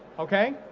okay?